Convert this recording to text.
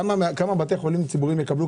כמה בתי חולים ציבוריים יקבלו,